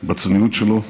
בצניעות שלו,